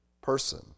person